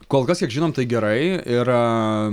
kol kas kiek žinom tai gerai ir